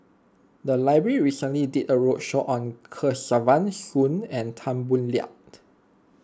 the library recently did a roadshow on Kesavan Soon and Tan Boo Liat